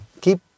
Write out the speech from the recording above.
keep